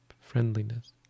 friendliness